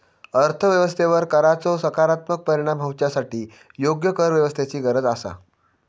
अर्थ व्यवस्थेवर कराचो सकारात्मक परिणाम होवच्यासाठी योग्य करव्यवस्थेची गरज आसा